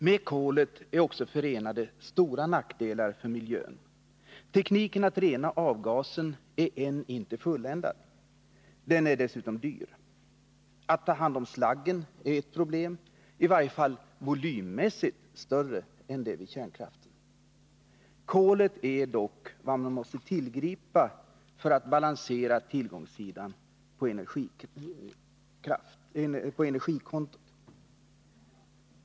Med kolet är också förenade stora nackdelar för miljön. Tekniken att rena avgasen är ännu inte fulländad. Den är dessutom dyr. Att ta hand om slaggen är ett problem som i varje fall volymmässigt är större än problemet med avfall från kärnkraften. Kolet är dock vad man måste tillgripa för att balansera tillgångssidan på energikontot.